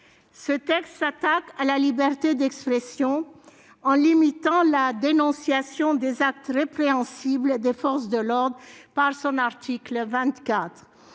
Ce texte s'attaque à la liberté d'expression, en limitant la dénonciation des actes répréhensibles des forces de l'ordre, par son article 24.